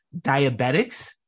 diabetics